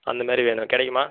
அந்தமாரி வேணும் கிடைக்குமா